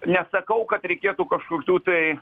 nesakau kad reikėtų kažkokių tai